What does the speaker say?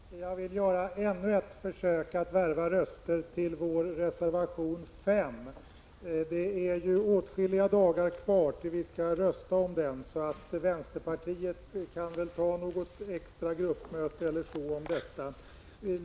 Herr talman! Jag vill göra ännu ett försök att värva röster till vår reservation 5. Detär ju åtskilliga dagar kvar innan vi skall rösta om den. Vänsterpartiet kan väl t.ex. ta något extra gruppmöte om detta.